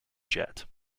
jet